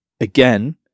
again